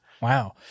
Wow